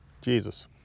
Jesus